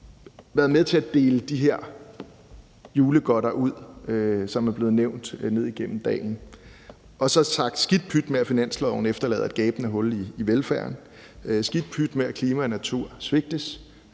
have været med til at dele de her julegodter ud, som er blevet nævnt dagen igennem? Og kunne vi så have sagt: Skidt pyt med, at finansloven efterlader et gabende hul i velfærden; skidt pyt med, at klima og natur svigtes;